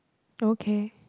okay